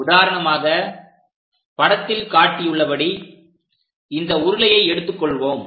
உதாரணமாக படத்தில் காட்டியுள்ளபடி இந்த உருளையை எடுத்து கொள்வோம்